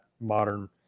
modern